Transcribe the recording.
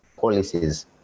policies